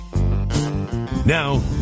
now